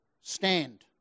stand